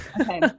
Okay